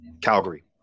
Calgary